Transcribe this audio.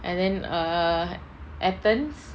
and then etr athens